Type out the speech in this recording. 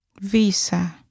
Visa